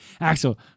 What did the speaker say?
Axel